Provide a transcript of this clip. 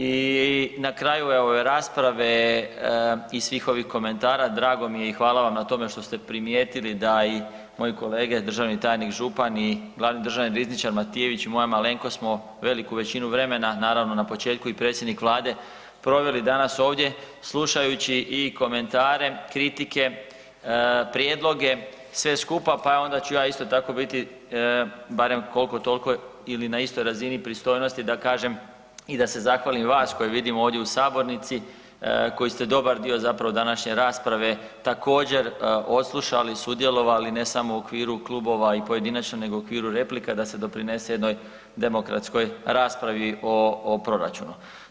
I na kraju evo i ove rasprave i svih ovih komentara drago mi je i hvala vam na tome što ste primijetili da i moji kolege državni tajnik Župan i glavni državni rizničar Matijević i moja malenkost smo veliku većinu vremena, naravno na početku i predsjednik Vlade proveli danas ovdje slušajući i komentare, kritike, prijedloge, sve skupa pa onda ću ja isto tako biti koliko toliko ili na istoj razini pristojnosti da kažem i da se zahvalim vas koje vidim ovdje u sabornici koji ste dobar dio zapravo današnje rasprave također odslušali, sudjelovali ne samo u okviru klubova i pojedinačno, nego i u okviru replika da se doprinese jednoj demokratskoj raspravi o proračunu.